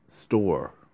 Store